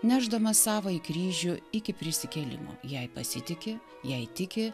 nešdamas savąjį kryžių iki prisikėlimo jei pasitiki jei tiki